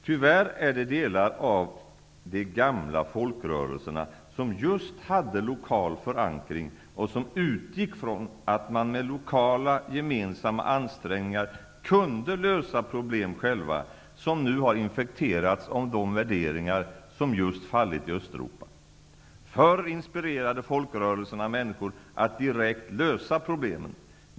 Tyvärr är det delar av de gamla folkrörelserna, vilka just hade lokal förankring och som utgick från att man med lokala, gemensamma ansträngningar kunde lösa problem själva, som nu har infekterats av de värderingar som just fallit i Östeuropa. Förr inspirerade folkrörelserna människor till att lösa problemen direkt.